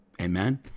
Amen